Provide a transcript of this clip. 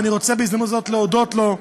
ואני רוצה בהזדמנות בזאת להודות לו,